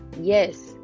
Yes